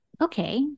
Okay